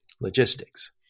logistics